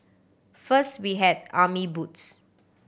first we had army boots